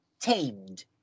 tamed